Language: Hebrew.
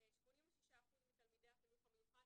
86% מתלמידי החינוך המיוחד,